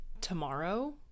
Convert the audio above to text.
tomorrow